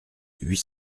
huit